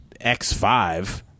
X5